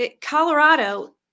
colorado